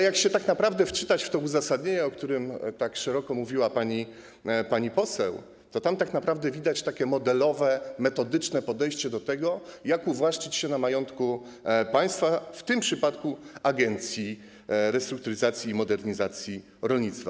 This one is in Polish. Jak się wczytać w to uzasadnienie, o którym tak szeroko mówiła pani poseł, to tam tak naprawdę widać takie modelowe, metodyczne podejście do tego, jak uwłaszczyć się na majątku państwa, w tym przypadku - Agencji Restrukturyzacji i Modernizacji Rolnictwa.